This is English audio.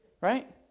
Right